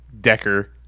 Decker